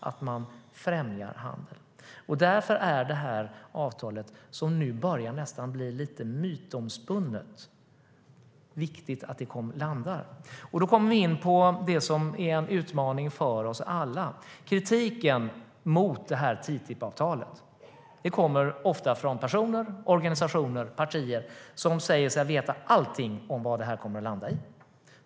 Därför är det viktigt att detta avtal, som nu nästan börjar bli lite mytomspunnet, landar. Nu kommer vi in på det som är en utmaning för oss alla: kritiken mot TTIP-avtalet. Den kommer ofta från personer, organisationer och partier som säger sig veta allt om vad det kommer att landa i.